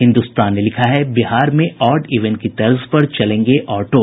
हिन्दुस्तान ने लिखा है बिहार में ऑड ईवेन की तर्ज पर चलेंगे ऑटो